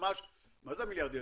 מה זה מיליארד יהיה?